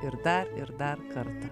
ir dar ir dar kartą